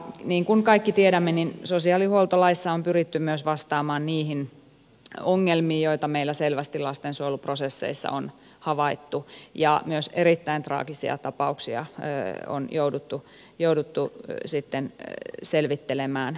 niin kuin kaikki tiedämme sosiaalihuoltolaissa on pyritty myös vastaamaan niihin ongelmiin joita meillä selvästi lastensuojeluprosesseissa on havaittu ja myös erittäin traagisia tapauksia on jouduttu sitten selvittelemään jälkikäteen